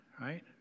right